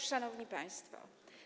Szanowni Państwo!